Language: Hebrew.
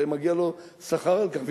מגיע לו שכר על כך.